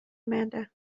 amanda